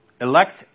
elect